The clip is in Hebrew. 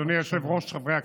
אדוני היושב-ראש, חברי הכנסת,